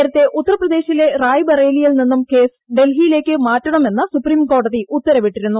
നേരത്തെ ഉത്തർപ്രദേശിലെ റായ്ബറേലിയിൽ നിന്നും കേസ് ഡൽഹിയിലേക്ക് മാറ്റണമെന്ന് സുപ്രീം കോടതി ഉത്തരവിട്ടിരുന്നു